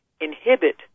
inhibit